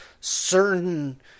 certain